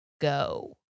go